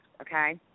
okay